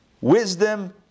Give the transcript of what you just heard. wisdom